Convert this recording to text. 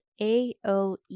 AOE